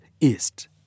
east